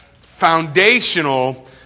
foundational